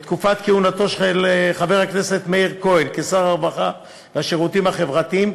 בתקופת כהונתו של חבר הכנסת מאיר כהן כשר הרווחה והשירותים החברתיים,